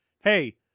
hey